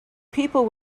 people